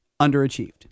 underachieved